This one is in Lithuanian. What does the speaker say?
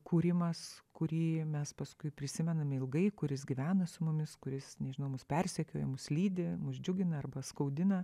kūrimas kurį mes paskui prisimename ilgai kuris gyvena su mumis kuris nežinau mus persekioja mus lydi mus džiugina arba skaudina